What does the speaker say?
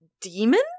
Demon